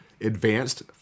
advanced